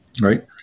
right